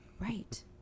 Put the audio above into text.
Right